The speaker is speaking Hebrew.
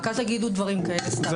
רק אל תגידו דברים כאלה סתם.